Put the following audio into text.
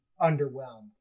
underwhelmed